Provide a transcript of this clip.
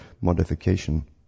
modification